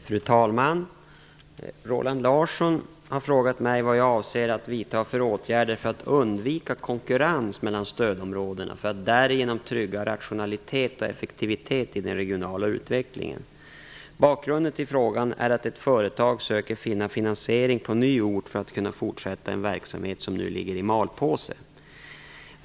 Fru talman! Roland Larsson har frågat mig vad jag avser att vidta för åtgärder för att undvika konkurrens mellan stödområdena för att därigenom trygga rationalitet och effektivitet i den regionala utvecklingen. Bakgrunden till frågan är att ett företag söker finna finansiering på ny ort för att kunna fortsätta en verksamhet som nu ligger i malpåse.